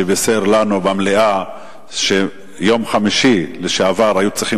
שבישר לנו במליאה שביום חמישי שעבר היו צריכים